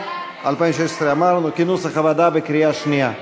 בקריאה שנייה.